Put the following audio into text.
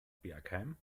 bergheim